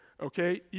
okay